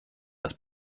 das